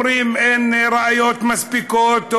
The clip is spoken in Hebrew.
אומרים: אין ראיות מספיקות,